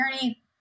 journey